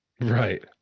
right